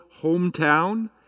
hometown